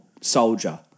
Soldier